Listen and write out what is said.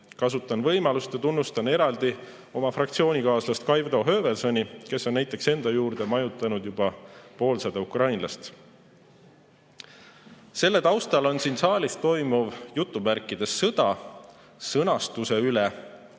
Kasutan võimalust ja tunnustan eraldi oma fraktsioonikaaslast Kaido Höövelsoni, kes on [oma majutusasutuses] majutanud juba poolsada ukrainlast. Selle taustal on siin saalis toimuv "sõda" sõnastuse üle